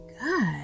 good